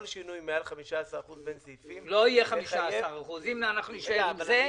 כל שינוי מעל 15% בין סעיפים יחייב --- לא יהיה 15%. אם נישאר עם זה,